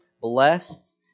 blessed